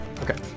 okay